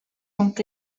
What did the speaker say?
sont